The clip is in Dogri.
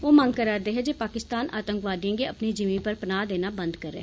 ओह् मंग करा दे हे जे पाकिस्तान आतंकवादिएं गी अपनी जिमीं पर पनाह् देना बंद करै